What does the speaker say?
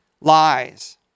lies